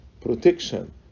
protection